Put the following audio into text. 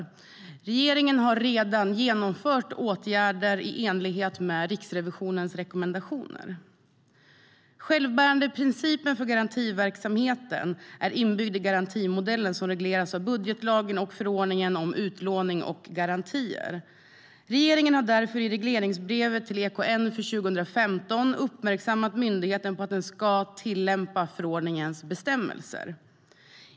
Regeringen har redan genomfört åtgärder i enlighet med Riksrevisionens rekommendationer. Självbärandeprincipen för garantiverksamheten är inbyggd i garantimodellen, som regleras av budgetlagen och förordningen om utlåning och garantier. Regeringen har därför i regleringsbrevet till EKN för 2015 uppmärksammat myndigheten på att den ska tillämpa förordningens bestämmelser.